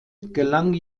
gelang